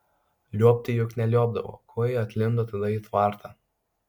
liuobti juk neliuobdavo ko ji atlindo tada į tvartą